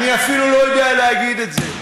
אני אפילו לא יודע להגיד את זה.